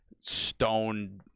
stone